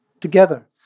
together